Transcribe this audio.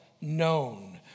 known